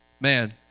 man